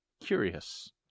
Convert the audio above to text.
Curious